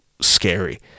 scary